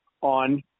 on